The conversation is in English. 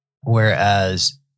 Whereas